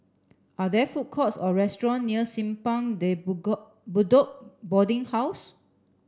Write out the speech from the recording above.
are there food courts or restaurant near Simpang De Bedok Boarding House